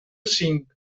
cinc